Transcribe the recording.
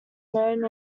known